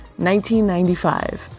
1995